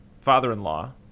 father-in-law